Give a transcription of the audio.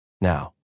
now